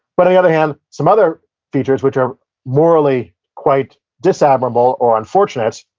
but, on the other hand, some other features, which are morally quite disadmirable or unfortunate,